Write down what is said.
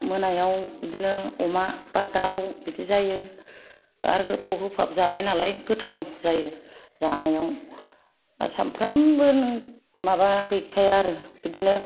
मोनायाव बिदिनो अमा बा दाउ बिदि जायो आरो होफब होफाब जानाय नालाय गोथाव जायो जानायाव सामफ्रोमबो नों माबा गैखाया आरो बिदिनो